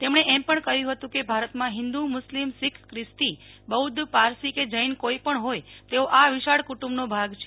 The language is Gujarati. તેમણે એમ પણ કહ્યું હતું કે ભારતમાં હિન્દુ મુસ્લિમ શીખ પ્રિસ્તી બૌધ્ધ પારસી કે જૈન કોઈ પણ હોય તેઓ આ વિશાળ કુટુંબનો ભાગ છે